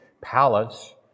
palace